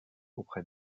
auprès